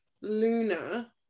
Luna